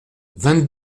vingt